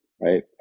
right